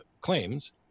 claims